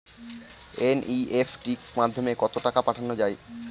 NEFT মাধ্যমে কত টাকা পাঠানো যায়?